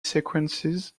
sequences